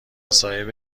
صاحب